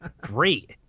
great